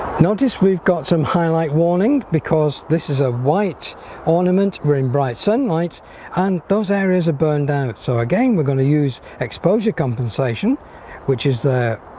notice we've got some high light warning because this is a white ornament we're in bright sunlight and those areas are burned out so again we're going to use exposure compensation which is the